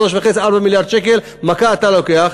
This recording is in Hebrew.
3.5 4 מיליארד שקל במכה אתה לוקח,